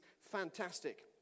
fantastic